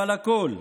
אבל הכול,